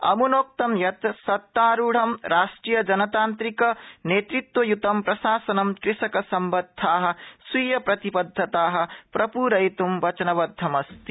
अमुनोक्तं यत् सत्तारूढं राष्ट्रीय जनतान्त्रिकदलनेतृत्वयुतं प्रशासनं कृषकसम्बद्धा स्वीयप्रतिबद्धता प्रप्रयित्ं वचनबद्धमस्ति